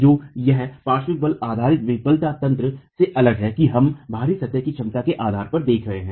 तो यह पार्श्व बल आधारित विफलता तंत्र से अलग है कि हम बहरी सतह की क्षमता के आधार पर देख रहे हैं